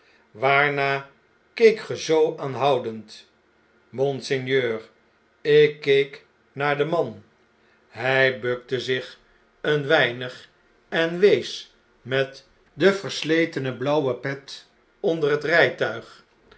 awaarnaar keek ge zoo aanhoudend monseigneur ik keek naar den man hij bukte zich een weinig en wees met de versletene blauwe pet onder het rijtuig